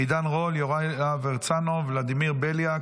עידן רול, יוראי להב הרצנו, ולדימיר בליאק,